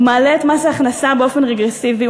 הוא מעלה את מס ההכנסה באופן רגרסיבי,